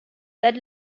that